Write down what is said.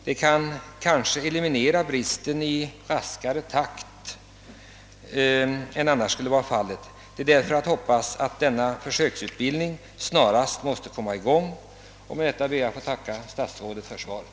Dessa kanske kan bidraga till att bristen på tandläkare elimineras i raskare takt än som annars skulle bli fallet. Jag hoppas därför att denna försöksutbildning snarast kommer i gång. Med detta ber jag att få tacka statsrådet för svaret.